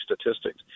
statistics